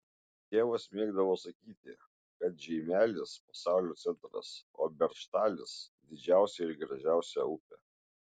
tėvas mėgdavo sakyti kad žeimelis pasaulio centras o beržtalis didžiausia ir gražiausia upė